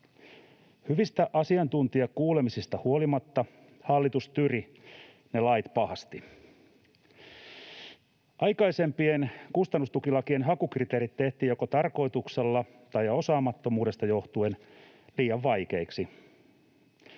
Hyvistä asiantuntijakuulemisista huolimatta hallitus tyri ne lait pahasti. Aikaisempien kustannustukilakien hakukriteerit tehtiin joko tarkoituksella tai osaamattomuudesta johtuen liian vaikeiksi.